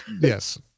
Yes